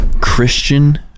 christian